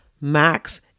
Max